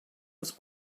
was